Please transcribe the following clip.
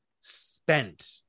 spent